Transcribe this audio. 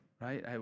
Right